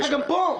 גם פה.